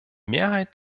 mehrheit